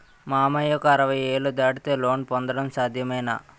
మామయ్యకు అరవై ఏళ్లు దాటితే లోన్ పొందడం సాధ్యమేనా?